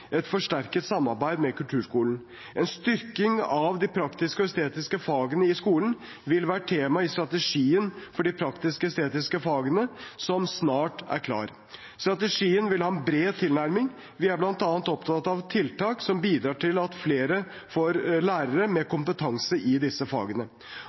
et forsterket samarbeid med kulturskolen. En styrking av de praktiske og estetiske fagene i skolen vil være tema i strategien for de praktisk-estetiske fagene som snart er klar. Strategien vil ha en bred tilnærming. Vi er bl.a. opptatt av tiltak som bidrar til at flere får lærere med kompetanse i disse fagene.